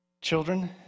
Children